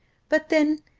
but then,